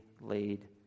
laid